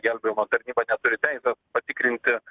gelbėjimo tarnyba neturi teisės patikrinti